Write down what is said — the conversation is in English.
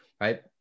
right